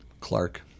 Clark